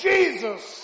Jesus